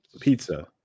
Pizza